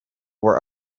were